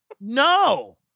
No